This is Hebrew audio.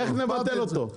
איך נבטל אותו?